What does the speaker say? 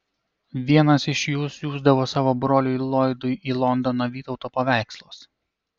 vienas iš jų siųsdavo savo broliui loydui į londoną vytauto paveikslus